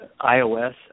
iOS